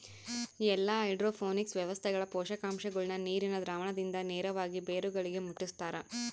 ಎಲ್ಲಾ ಹೈಡ್ರೋಪೋನಿಕ್ಸ್ ವ್ಯವಸ್ಥೆಗಳ ಪೋಷಕಾಂಶಗುಳ್ನ ನೀರಿನ ದ್ರಾವಣದಿಂದ ನೇರವಾಗಿ ಬೇರುಗಳಿಗೆ ಮುಟ್ಟುಸ್ತಾರ